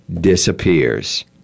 disappears